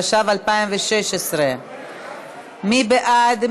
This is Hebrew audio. התשע"ו 2016. מי בעד?